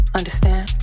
understand